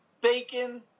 bacon